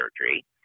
surgery